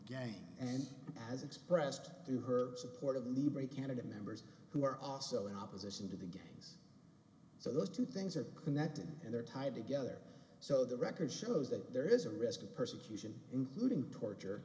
game and as expressed through her support of the libri canada members who are also in opposition to the gang so those two things are connected and they're tied together so the record shows that there is a risk of persecution including torture